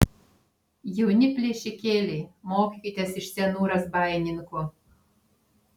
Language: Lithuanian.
jauni plėšikėliai mokykitės iš senų razbaininkų